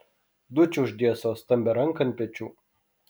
dučė uždėjo savo stambią ranką ant pečių